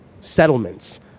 settlements